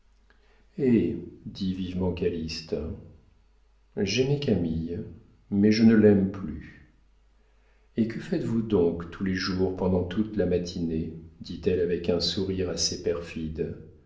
dit vivement calyste j'aimais camille mais je ne l'aime plus et que faites-vous donc tous les jours pendant toute la matinée dit-elle avec un sourire assez perfide